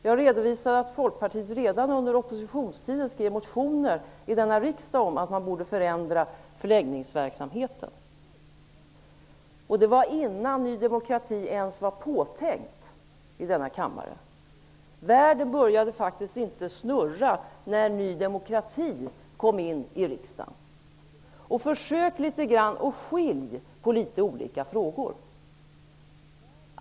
Jag har redovisat att Folkpartiet redan under oppositionstiden väckte motioner i denna riksdag om att förläggningsverksamheten borde förändras. Det var innan Ny demokrati ens var påtänkt i denna kammare. Världen började faktiskt inte att snurra när Ny demokrati kom in i riksdagen. Försök att skilja på olika frågor.